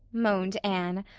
moaned anne.